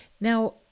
Now